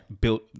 built